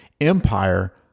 Empire